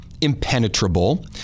impenetrable